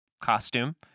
costume